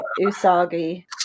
Usagi